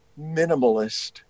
minimalist